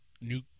new